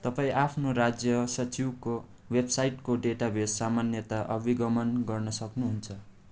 तपाईँ आफ्नो राज्य सचिवको वेबसाइटको डेटाबेस सामान्यत अविगमन गर्न सक्नुहुन्छ